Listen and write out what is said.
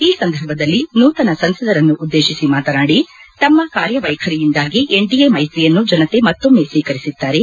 ಈ ಸಂದರ್ಭದಲ್ಲಿ ನೂತನ ಸಂಸದರನ್ನು ಉದ್ದೇಶಿಸಿ ಮಾತನಾಡಿ ತಮ್ಮ ಕಾರ್ಯವೈಖರಿಯಿಂದಾಗಿ ಎನ್ಡಿಎ ಮೈತ್ರಿಯನ್ನು ಜನತೆ ಮತ್ತೊಮ್ಮೆ ಸ್ವೀಕರಿಸಿದ್ದಾರೆ